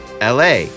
LA